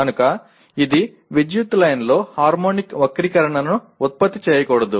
కనుక ఇది విద్యుత్ లైన్లో హార్మోనిక్ వక్రీకరణను ఉత్పత్తి చేయకూడదు